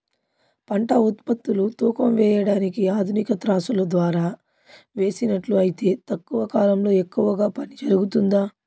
పంట ఉత్పత్తులు తూకం వేయడానికి ఆధునిక త్రాసులో ద్వారా వేసినట్లు అయితే తక్కువ కాలంలో ఎక్కువగా పని జరుగుతుందా?